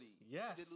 Yes